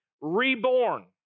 reborn